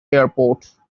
airport